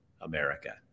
America